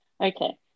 Okay